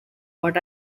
but